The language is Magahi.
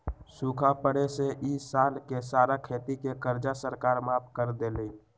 सूखा पड़े से ई साल के सारा खेती के कर्जा सरकार माफ कर देलई